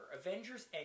Avengers